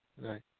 Right